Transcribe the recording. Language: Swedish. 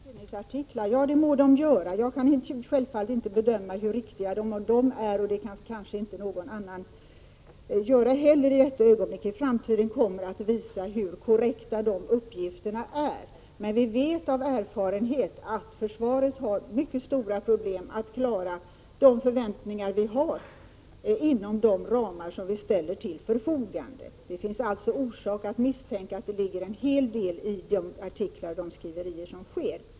Herr talman! Kerstin Ekman och Olle Göransson tar avstånd från tidningsartiklarna, och det må de göra. Jag kan självfallet inte bedöma hur riktiga artiklarna är, och det kan inte heller någon annan göra — framtiden kommer att visa hur korrekta uppgifterna är. Vi vet av erfarenhet att försvaret har mycket stora problem att klara förväntningarna inom de ramar som ställs till förfogande. Det finns alltså orsak att misstänka att det ligger en hel del i dessa artiklar och skriverier.